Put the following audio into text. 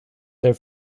their